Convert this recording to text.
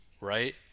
right